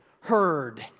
heard